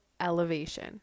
elevation